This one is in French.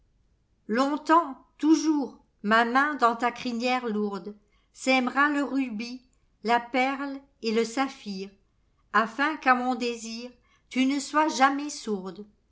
longtemps toujours ma main dans ta crinière lourde sèmera le rubis la perle et le sapnir aiin qu'à mon désir tu ne sois jamais sourde